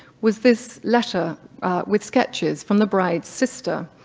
was this letter with sketches from the bride's sister,